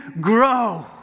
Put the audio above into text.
grow